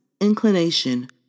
inclination